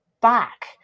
back